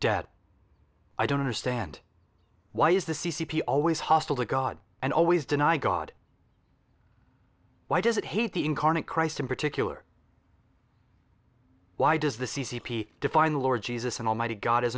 debt i don't understand why is the c c p always hostile to god and always deny god why does it hate the incarnate christ in particular why does the c c p define the lord jesus and almighty god as